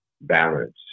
balance